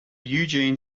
eugene